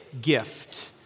gift